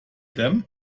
them